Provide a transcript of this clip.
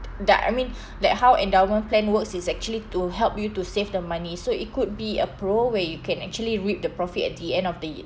that I mean that how endowment plan works is actually to help you to save the money so it could be a pro where you can actually reap the profit at the end of the